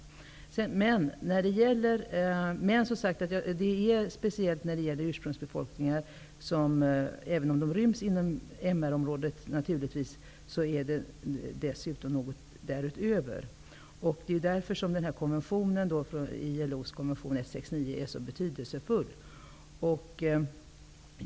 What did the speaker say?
Även om skydd för ursprungsbefolkningar ryms inom MR-området behövs det något därutöver. Det är därför som denna konvention -- ILO:s konvention 169 -- är så betydelsefull.